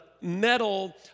metal